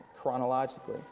chronologically